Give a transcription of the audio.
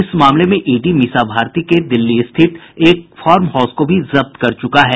इस मामले में ईडी मीसा भारती के दिल्ली स्थित एक फार्म हाउस को भी जब्त कर चुका है